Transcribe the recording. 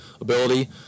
ability